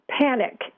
panic